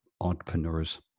entrepreneurs